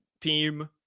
team